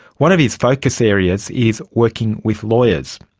one of his focus areas is working with lawyers.